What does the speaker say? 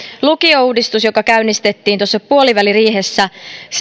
lukiouudistuksen joka käynnistettiin tuossa puoliväliriihessä